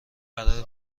برای